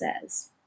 says